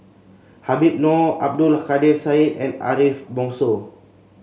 Habib Noh Abdul Kadir Syed and Ariff Bongso